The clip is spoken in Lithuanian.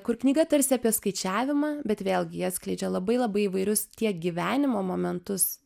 kur knyga tarsi apie skaičiavimą bet vėlgi ji atskleidžia labai labai įvairius tiek gyvenimo momentus